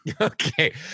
okay